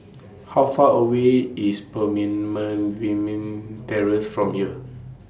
How Far away IS Terrace from here